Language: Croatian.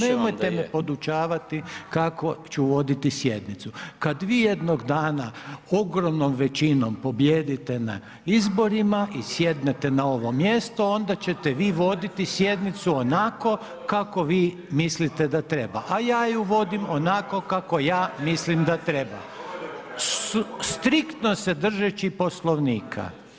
Nemojte me podučavati kako ću voditi sjednicu, kad vi jednog dana ogromnom većinom pobijedite na izborima i sjednete na ovo mjesto onda ćete vi voditi sjednicu kako vi mislite da treba, a ja ju vodim onako kako ja mislim da treba striktno se držeći Poslovnika.